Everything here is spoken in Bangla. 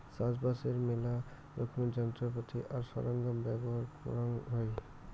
চাষবাসের মেলা রকমের যন্ত্রপাতি আর সরঞ্জাম ব্যবহার করাং হই